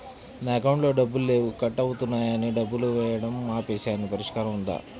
నా అకౌంట్లో డబ్బులు లేవు కట్ అవుతున్నాయని డబ్బులు వేయటం ఆపేసాము పరిష్కారం ఉందా?